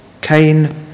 Cain